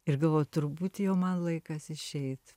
ir galvoju turbūt jau man laikas išeit